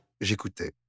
J'écoutais